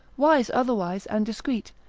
wise otherwise and discreet,